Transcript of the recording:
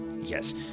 yes